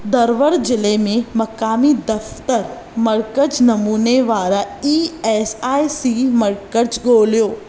धरवड़ ज़िले में मक़ामी दफ़्तरु मर्कज़ नमूने वारा ई ऐस आई सी मर्कज़ ॻोल्हियो